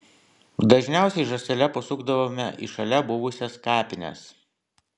dažniausiai žąsele pasukdavome į šalia buvusias kapines